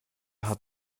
hat